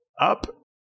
up